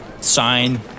sign